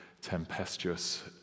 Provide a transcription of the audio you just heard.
tempestuous